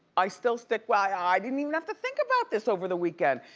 i still stick by, i didn't even have to think about this over the weekend.